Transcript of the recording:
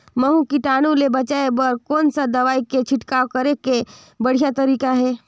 महू कीटाणु ले बचाय बर कोन सा दवाई के छिड़काव करे के बढ़िया तरीका हे?